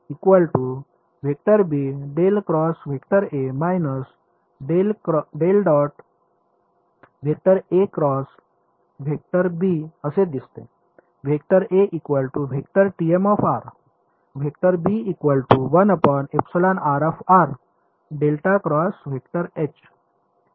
तर हे कशासारखे दिसते हे असे दिसते